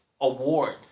award